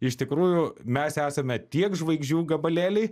iš tikrųjų mes esame tiek žvaigždžių gabalėliai